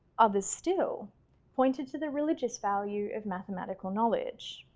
others still pointed to the religious value of mathematical knowledge.